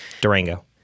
Durango